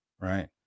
right